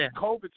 COVID